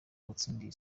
uwatsindiye